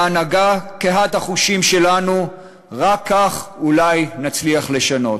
בהנהגה קהת-החושים שלנו רק כך אולי נצליח לשנות.